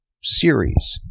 series